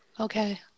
Okay